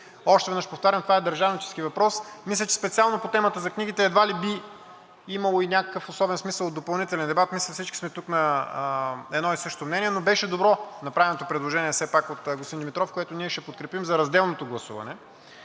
Още веднъж повтарям, това е държавнически въпрос. Мисля, че специално по темата за книгите едва ли би имало и някакъв особен смисъл от допълнителен дебат. Мисля, че всички тук сме на едно и също мнение. Беше добро направеното предложение от господин Димитров, което ние ще подкрепим – за разделното гласуване